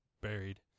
buried